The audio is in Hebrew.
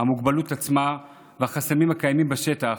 המוגבלות עצמה והחסמים הקיימים בשטח,